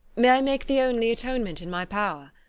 may i make the only atonement in my power?